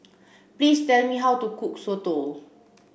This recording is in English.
please tell me how to cook Soto